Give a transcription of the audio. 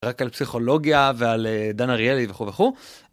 רק על פסיכולוגיה ועל דן אריאלי וכו' וכו'.